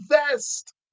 Invest